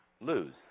lose